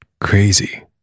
crazy